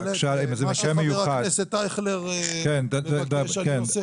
בהחלט, מה שחה"כ אייכלר מבקש, אני עושה.